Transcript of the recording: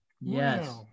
Yes